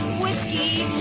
was